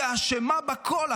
היא אשמה בכול.